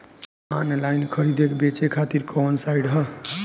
Online खरीदे बेचे खातिर कवन साइड ह?